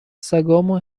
سگامو